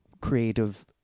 creative